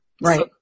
Right